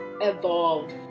evolve